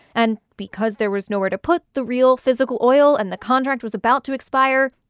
and because there was nowhere to put the real, physical oil and the contract was about to expire,